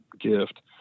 gift